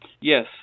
Yes